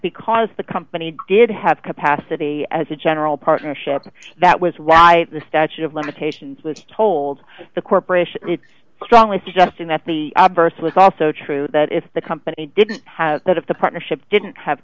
because the company did have capacity as a general partnership that was why the statute of limitations was told the corporation strongly suggesting that the verse was also true that if the company didn't have that if the partnership didn't have